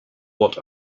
what